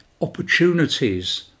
opportunities